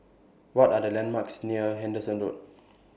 What Are The landmarks near Henderson Road